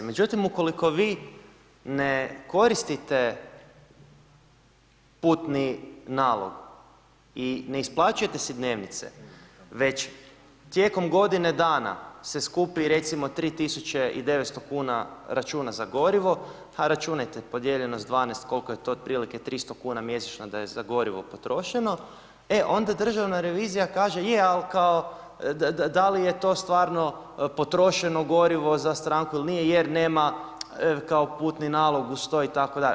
Međutim, ukoliko vi ne koristite putni nalog i ne isplaćujete si dnevnice, već tijekom godine dana se skupi recimo 3 tisuće i 900 kn računa za gorivo, a računajte, podijeljeno s 12, koliko je to otprilike, 300 kn mjesečno da je za gorivo potrošeno, e onda državna revizija kaže je, ali kao da li je to stvarno potrošeno gorivo za stranku ili nije jer nema kao putni nalog uz to itd.